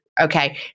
Okay